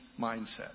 mindset